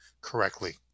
correctly